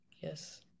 Yes